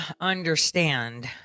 understand